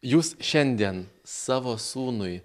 jūs šiandien savo sūnui